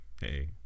Hey